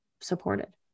supported